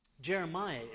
Jeremiah